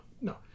no